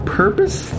purpose